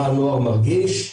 מה הנוער מרגיש.